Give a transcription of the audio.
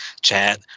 chat